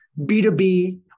B2B